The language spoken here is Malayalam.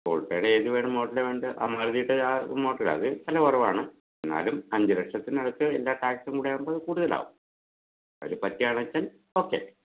ഓൾട്ടോയുടെ ഏത് വേണം മോഡൽ വേണ്ടേ ആ മാരുതിയുടെ ആ മോഡലാണോ അത് വില കുറവാണ് എന്നാലും അഞ്ച് ലക്ഷത്തിനടുത്ത് എല്ലാ ടാക്സും കൂടി ആവുമ്പോൾ അത് കൂടുതലാവും അതില് പറ്റുകയാണെന്ന് വെച്ചാൽ ഓക്കേ